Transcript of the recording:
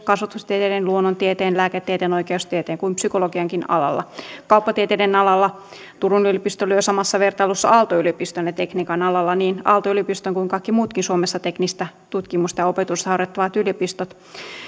kasvatustieteiden luonnontieteen lääketieteen oikeustieteen kuin psykologiankin alalla kauppatieteiden alalla turun yliopisto lyö samassa vertailussa aalto yliopiston ja tekniikan alalla niin aalto yliopiston kuin kaikki muutkin suomessa teknistä tutkimusta ja opetusta harjoittavat yliopistot